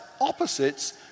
opposites